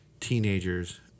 teenagers